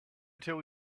tell